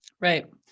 Right